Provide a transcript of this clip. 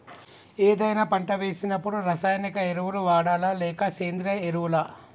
ఏదైనా పంట వేసినప్పుడు రసాయనిక ఎరువులు వాడాలా? లేక సేంద్రీయ ఎరవులా?